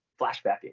flashbacking